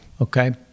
Okay